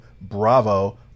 Bravo